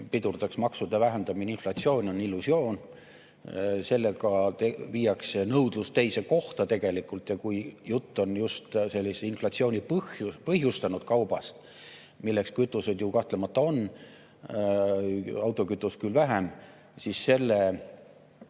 pidurdaks maksude vähendamine inflatsiooni, on illusioon. Sellega viiakse nõudlus teise kohta tegelikult. Ja kui jutt on just sellise inflatsiooni põhjustanud kaubast, milleks kütused ju kahtlemata on, autokütus küll vähem, siis sel